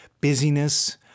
busyness